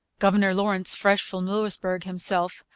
governor lawrence, fresh from louisbourg himself,